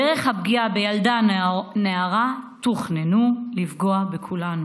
דרך הפגיעה בילדה או בנערה תכננו לפגוע בכולנו.